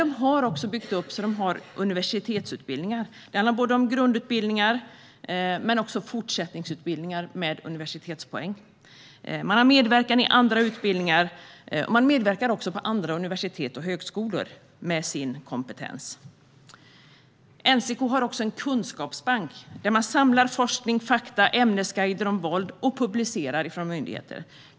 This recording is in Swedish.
De har också byggt upp så att de har universitetsutbildningar. Det handlar om grundutbildningar men också fortsättningsutbildningar med universitetspoäng. De har medverkan i andra utbildningar. De medverkar också på andra universitet och högskolor med sin kompetens. NCK har också en kunskapsbank där de samlar forskning, fakta och ämnesguider om våld och publicerar från myndigheter.